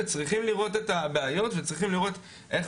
וצריכים לראות את הבעיות וצריכים לראות איך